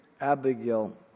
Abigail